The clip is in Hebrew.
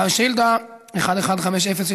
שאילתה מס' 1150,